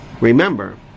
remember